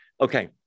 Okay